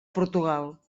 portugal